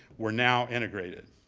were now integrated.